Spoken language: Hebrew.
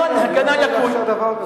חבר הכנסת כץ, אני לא יכול לאפשר דבר כזה.